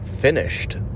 finished